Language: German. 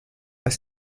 ist